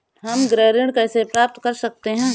हम गृह ऋण कैसे प्राप्त कर सकते हैं?